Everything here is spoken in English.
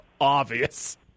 obvious